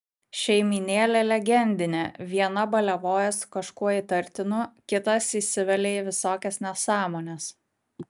šeimynėlė legendinė viena baliavoja su kažkuo įtartinu kitas įsivelia į visokias nesąmones